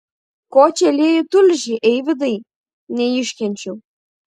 ko čia lieji tulžį eivydai neiškenčiau